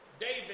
David